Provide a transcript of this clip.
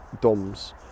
DOMS